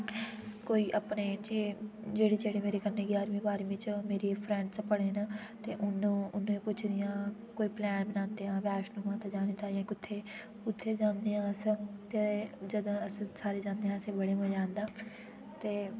कोई अपने जे जेह्ड़े जेह्ड़े मेरे कन्नै ग्यारमीं बारमीं च मेरी फ्रेंड्स बने न ते उ'न्न उ'न्न कुछ इ'यां कोई प्लान बनांदे आं वैष्णो माता जाने ताहीं जां कु'त्थें उ'त्थें जाने आं अस ते जदूं अस सारे जाने आं अस बड़ा मज़ा आंदा ते